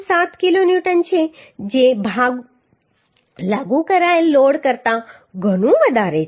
7 kilonewton છે જે લાગુ કરાયેલ લોડ કરતા ઘણું વધારે છે